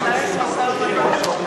לנהל משא-ומתן,